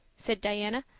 said diana,